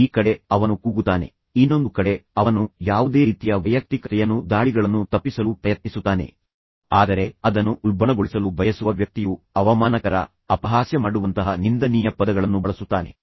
ಈ ಕಡೆ ಅವನು ಕೂಗುತ್ತಾನೆ ಇನ್ನೊಂದು ಕಡೆ ಅವನು ಯಾವುದೇ ರೀತಿಯ ವೈಯಕ್ತಿಕತೆಯನ್ನು ದಾಳಿಗಳನ್ನು ತಪ್ಪಿಸಲು ಪ್ರಯತ್ನಿಸುತ್ತಾನೆ ಆದರೆ ಅದನ್ನು ಉಲ್ಬಣಗೊಳಿಸಲು ಬಯಸುವ ವ್ಯಕ್ತಿಯು ಅವಮಾನಕರ ಅಪಹಾಸ್ಯ ಮಾಡುವಂತಹ ನಿಂದನೀಯ ಪದಗಳನ್ನು ಬಳಸುತ್ತಾನೆ